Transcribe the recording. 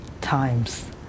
times